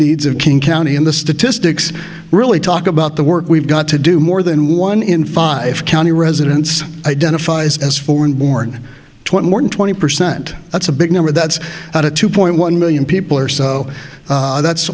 needs of king county and the statistics really talk about the work we've got to do more than one in five county residents identifies as foreign born twenty one twenty percent that's a big number that's got a two point one million people or so that's